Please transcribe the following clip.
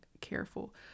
careful